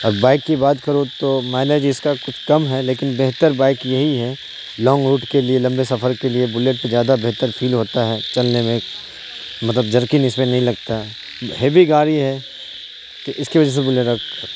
اب بائک کی بات کروں تو مائلیج اس کا کچھ کم ہے لیکن بہتر بائک یہی ہے لانگ روٹ کے لیے لمبے سفر کے لیے بلیٹ پہ زیادہ بہتر فیل ہوتا ہے چلنے میں مطلب جرکنگ اس میں نہیں لگتا ہے ہیوی گاڑی ہے کہ اس کی وجہ سے